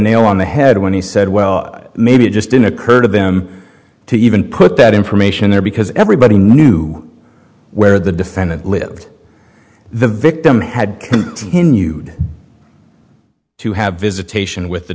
nail on the head when he said well maybe it just didn't occur to them to even put that information there because everybody knew where the defendant lived the victim had continued to have visitation with the